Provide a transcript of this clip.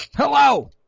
Hello